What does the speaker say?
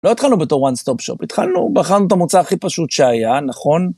לא התחלנו בתור One Stop Shop, התחלנו, בחרנו את המוצא הכי פשוט שהיה, נכון?